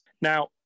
Now